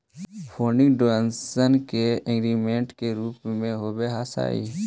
funding donation या investment के रूप में हो सकऽ हई